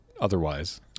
otherwise